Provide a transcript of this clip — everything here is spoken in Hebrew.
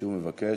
אני שוב מבקש